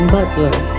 Butler